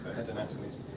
head anatomies,